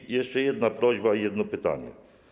I jeszcze jedna prośba i jedno pytanie.